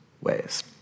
ways